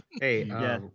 Hey